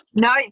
no